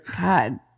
God